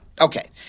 Okay